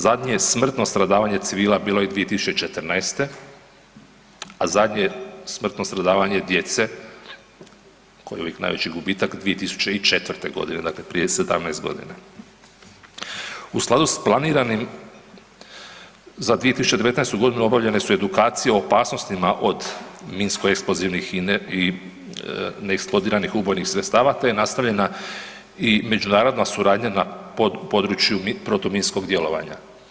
Zadnje je smrtno stradavanje civila bilo 2014., a zadnje smrtno stradavanje djece, koji je uvijek najveći gubitak, 2004.g., dakle prije 17.g. U skladu s planiram za 2019.g. obavljene su edukacije o opasnostima od minsko eksplozivnih i neeksplodiranih ubojitih sredstva, te je nastavljena i međunarodna suradnja na pod području protuminskog djelovanja.